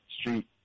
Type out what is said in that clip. Street